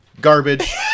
garbage